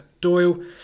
Doyle